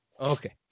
Okay